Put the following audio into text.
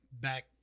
back